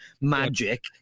magic